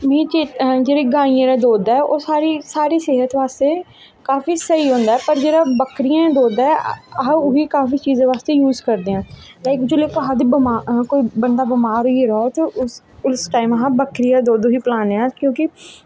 मी चे जेह्ड़ा गाइयें दा दुद्ध ऐ ओह् साढ़ी साढ़ी सेह्त बास्तै काफी स्हेई होंदा ऐ पर जेह्ड़ा बक्करियें दा दुद्ध ऐ ओह् बी काफी चीजें बास्तै यूज़ करदे ऐ ऐक्चुली कुसै दे जिसलै बंदा बमार होई गेदा होऐ ते उस उस टाइम अस बक्करियां दा दुद्ध बी पलैन्ने आं क्योंकि